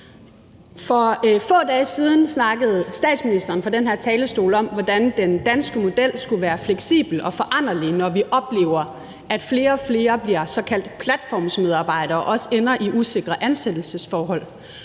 For få dage siden snakkede statsministeren fra den her talerstol om, hvordan den danske model skulle være fleksibel og foranderlig, når vi oplever, at flere og flere bliver såkaldt platformsmedarbejdere og også ender i usikre ansættelsesforhold.